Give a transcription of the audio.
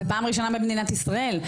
זה פעם ראשונה במדינת ישראל,